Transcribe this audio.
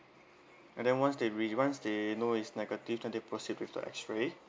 and then once they re~ once they know is negative then they proceed with the X-ray